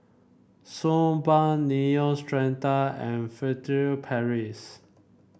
Suu Balm Neostrata and Furtere Paris